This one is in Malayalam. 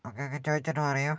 ഓക്കെ എങ്കിൽ ചോദിച്ചിട്ട് പറയൂ